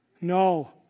No